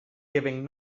giving